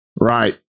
Right